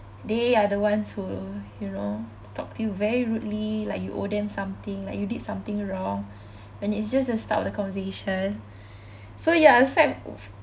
they are the ones who you know talk to you very rudely like you owe them something like you did something wrong and it's just the start of the conversation so ya outside aside